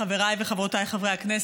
חבריי וחברותיי חברי הכנסת,